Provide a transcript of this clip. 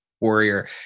warrior